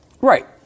Right